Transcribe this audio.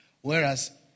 Whereas